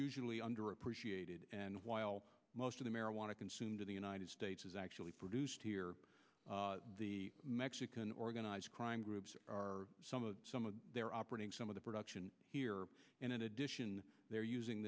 usually under appreciated most of the marijuana consumed in the united states is actually produced here the mexican organized crime groups are some of some of their operating some of the production here and in addition they are using